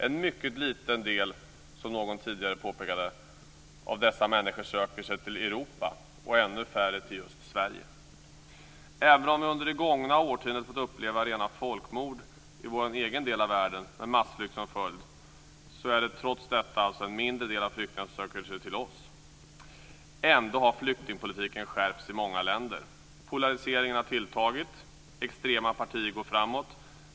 En mycket liten del av dessa människor söker sig till Europa, som någon tidigare påpekade, och ännu färre till just Sverige. Även om vi under det gångna årtiondet fått uppleva rena folkmord i vår egen del av världen, med massflykt som följd, är det trots detta en mindre del av flyktingarna som söker sig till oss. Ändå har flyktingpolitiken skärpts i många länder. Polariseringen har tilltagit. Extrema partier går framåt.